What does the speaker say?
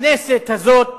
הכנסת הזאת